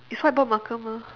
it's whiteboard marker mah